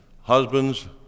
husbands